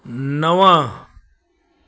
नव